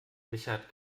richard